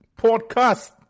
podcast